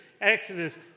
Exodus